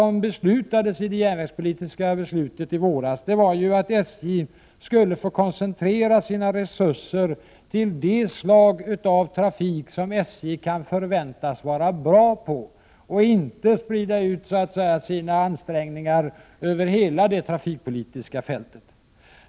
I det järnvägspolitiska beslutet sades att SJ skulle få koncentrera sina resurser till de slag av trafik som SJ kan förväntas vara bra på och inte sprida ut sina ansträngningar över hela det trafikpolitiska fältet.